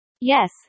Yes